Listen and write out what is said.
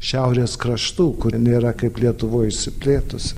šiaurės kraštų kuri nėra kaip lietuvoj išsiplėtusi